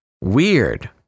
Weird